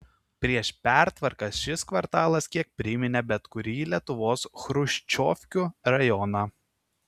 prieš pertvarkas šis kvartalas kiek priminė bet kurį lietuvos chruščiovkių rajoną